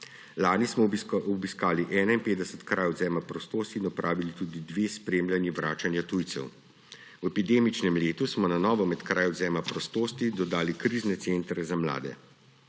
Lani smo obiskali 51 krajev odvzema prostosti in opravili tudi dve spremljanji vračanja tujcev. V epidemičnem letu smo na novo med kraje odvzema prostosti dodali krizne centre za mlade.